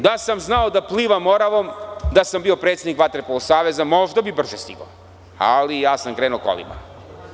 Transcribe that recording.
Da sam znao da plivam Moravom, da sam bio predsednik Vaterpolo saveza, možda bih brže stigao, ali sam krenuo kolima.